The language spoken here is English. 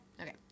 okay